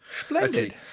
Splendid